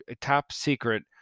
top-secret